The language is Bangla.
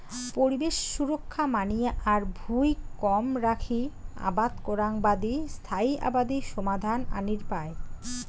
পরিবেশ সুরক্ষা মানিয়া আর ভুঁই কম রাখি আবাদ করাং বাদি স্থায়ী আবাদি সমাধান আনির পায়